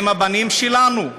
הם הבנים שלנו,